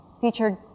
featured